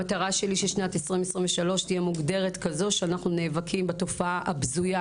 המטרה שלי ששנת 2023 תהיה מוגדרת ככזו שאנחנו נאבקים בתופעה הבזויה,